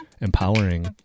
empowering